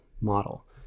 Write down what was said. model